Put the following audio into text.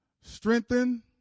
strengthen